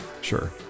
Sure